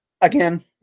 again